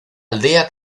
aldea